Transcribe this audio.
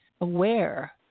aware